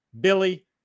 Billy